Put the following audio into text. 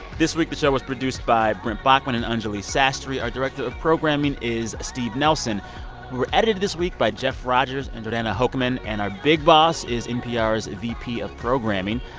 this week, the show was produced by brent baughman and anjuli sastry. our director of programming is steve nelson. we were edited this week by jeff rogers and georgana hoekman. and our big boss is npr's vp of programming,